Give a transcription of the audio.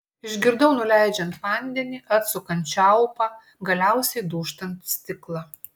išgirdau nuleidžiant vandenį atsukant čiaupą galiausiai dūžtant stiklą